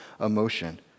emotion